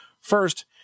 First